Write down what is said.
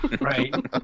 Right